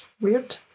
Weird